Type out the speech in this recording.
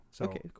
Okay